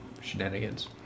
shenanigans